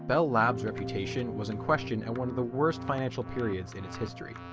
bell lab's reputation was in question at one of the worst financial periods in its history.